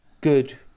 good